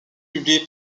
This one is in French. publié